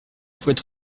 faut